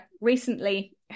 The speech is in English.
recently